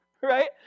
right